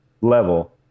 level